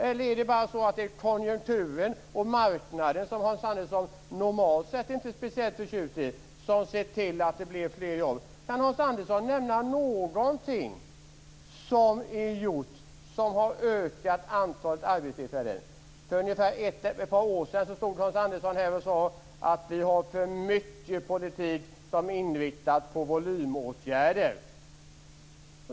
Eller är det bara konjunkturen och marknaden, som Hans Andersson normalt sett inte är speciellt förtjust i, som ser till att det blir fler jobb? Kan Hans Andersson nämna någonting som man har gjort som har ökat antalet arbetstillfällen? För ett par år sedan stod Hans Andersson här och sade att vi hade för mycket politik som var inriktad på volymåtgärder.